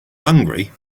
hungry